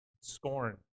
scorn